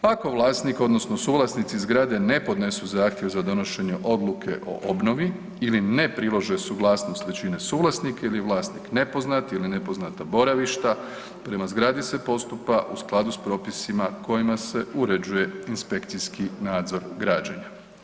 Ako vlasnik, odnosno suvlasnici zgrade ne podnesu zahtjev za donošenje odluke o obnovi ili ne prilože suglasnost većine suvlasnika ili vlasnik nepoznat ili nepoznata boravišta, prema zgradi se postupa u skladu s propisima kojima se uređuje inspekcijski nadzor građenja.